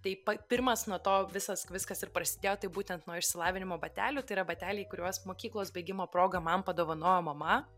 taip pa pirmas nuo to visas viskas ir prasidėjo tai būtent nuo išsilavinimo batelių tai yra bateliai kuriuos mokyklos baigimo proga man padovanojo mama